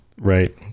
Right